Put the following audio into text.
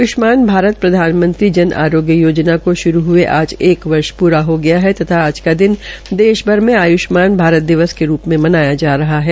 आयुष्मान भारत प्रधानमंत्री जन आरोग्य योजना को श्रू हये आज एक वर्ष पूरा हो गया है तथा आज का दिन देश भर में आयुष्मान भारत मिशन के रूप में मनाया जा रहा है